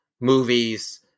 movies